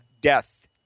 death